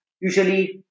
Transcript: Usually